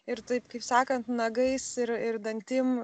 ir taip kaip sakant nagais ir ir dantim